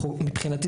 מבחינתי,